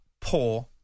poor